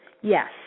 Yes